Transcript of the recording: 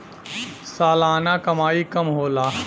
सलाना कमाई कम होला